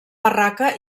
barraca